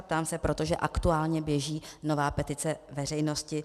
Ptám se, protože aktuálně běží nová petice veřejnosti.